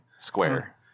Square